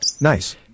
Nice